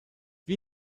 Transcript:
wie